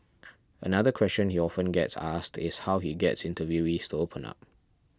another question he often gets asked is how he gets interviewees to open up